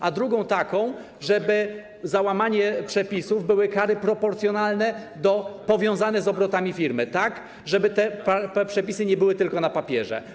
A drugą taką, żeby za łamanie przepisów były kary proporcjonalne, powiązane z obrotami firmy, tak żeby te przepisy nie były tylko na papierze.